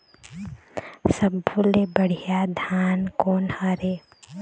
सब्बो ले बढ़िया धान कोन हर हे?